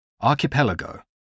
Archipelago